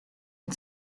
and